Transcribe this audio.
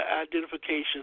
identification